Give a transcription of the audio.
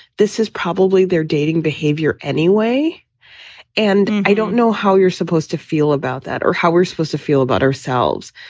this is probably their dating behavior anyway and i don't know how you're supposed to feel about that or how we're supposed to feel about ourselves.